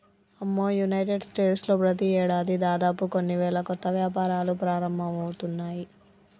అమ్మో United States లో ప్రతి ఏడాది దాదాపు కొన్ని వేల కొత్త వ్యాపారాలు ప్రారంభమవుతున్నాయి